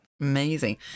Amazing